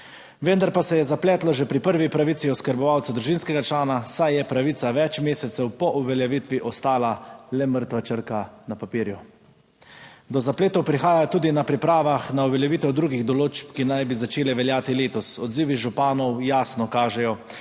Vendar pa se je zapletlo že pri prvi pravici oskrbovalca družinskega člana, saj je pravica več mesecev po uveljavitvi ostala le mrtva črka na papirju. Do zapletov prihaja tudi na pripravah na uveljavitev drugih določb, ki naj bi začele veljati letos. Odzivi županov jasno kažejo,